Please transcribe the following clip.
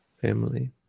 Family